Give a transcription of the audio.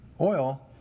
oil